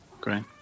Great